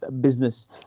business